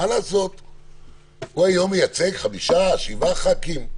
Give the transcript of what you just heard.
הוא היום מייצג חמישה, שבעה ח"כים.